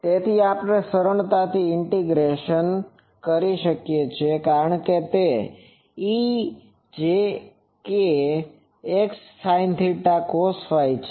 તેથી આપણે સરળતાથી આ ઇન્ટિગ્રેશન કરી શકીએ કારણ કે તે ejkxsinθ cosɸ છે